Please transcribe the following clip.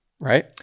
Right